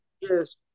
Yes